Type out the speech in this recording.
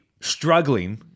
struggling